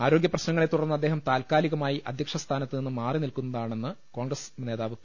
ആരോഗ്യപ്രശ്നങ്ങളെ തുടർന്ന് അദ്ദേഹം താൽക്കാലികമായി അധ്യക്ഷസ്ഥാനത്തുനിന്ന് മാറിനിൽക്കുന്നതാണെന്ന് കോൺഗ്രസ് നേതാവ് പി